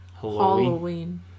Halloween